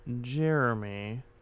Jeremy